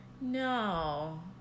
No